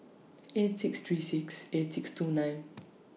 eight six three six eight six two nine